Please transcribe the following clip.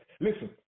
Listen